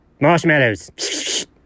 marshmallows